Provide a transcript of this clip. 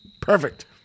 Perfect